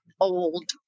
old